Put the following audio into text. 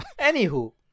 Anywho